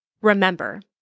Remember